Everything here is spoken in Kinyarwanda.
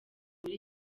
muri